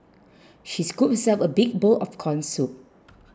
she scooped herself a big bowl of Corn Soup